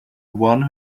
one